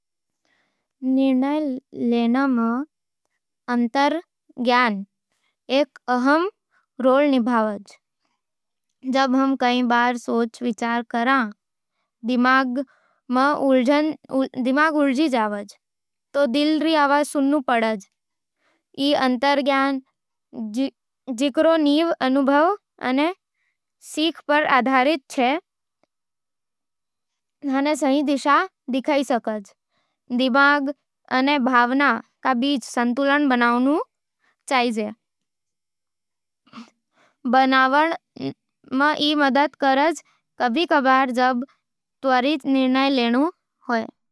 निर्णय लेवां में अंतर्ज्ञान एक अहम रोल निभावज। जब हम कई बार सोच-विचार कर, दिमाग में उलझ जावै है, तो दिल की आवाज सुननी पड़ै है। ई अंतर्ज्ञान, जिकरो नीव अनुभव अने सीख पर आधारित होवे है, थाने सही दिशा दिखावै है। दिमाग अने भावना के बीच संतुलन बनावण में ई मदद करै है। कभी-कभार जब त्वरित निर्णय लेवां होए।